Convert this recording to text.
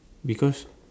because